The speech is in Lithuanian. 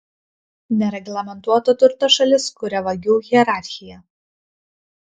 nereglamentuoto turto šalis kuria vagių hierarchiją